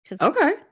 Okay